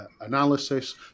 analysis